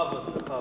בכבוד, בכבוד.